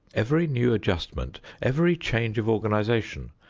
every new adjustment, every change of organization,